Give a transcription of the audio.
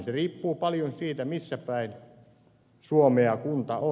riippuu paljon siitä missä päin suomea kunta on